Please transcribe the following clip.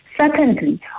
Secondly